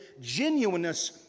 genuineness